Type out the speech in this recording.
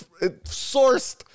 sourced